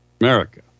America